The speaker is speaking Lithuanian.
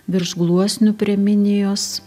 virš gluosnių prie minijos